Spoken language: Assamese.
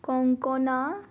কংকনা